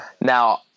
Now